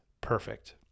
perfect